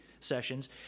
sessions